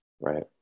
Right